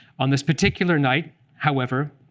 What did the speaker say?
on this particular night however,